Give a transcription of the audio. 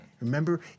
Remember